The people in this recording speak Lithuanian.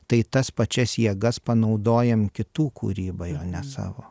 tai tas pačias jėgas panaudojam kitų kūrybai o ne savo